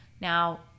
Now